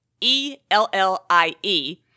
E-L-L-I-E